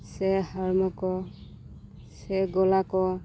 ᱥᱮ ᱦᱚᱲᱢᱚ ᱠᱚ ᱥᱮ ᱜᱳᱞᱟ ᱠᱚ